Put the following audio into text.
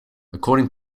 according